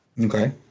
Okay